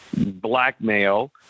blackmail